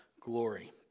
glory